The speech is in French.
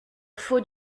faut